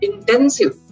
Intensive